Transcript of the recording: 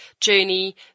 journey